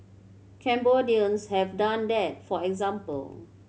Cambodians have done that for example